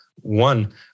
one